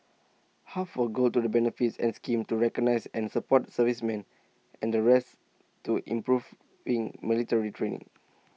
half will go to the benefits and schemes to recognise and support servicemen and the rest to improving military training